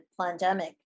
pandemic